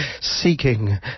seeking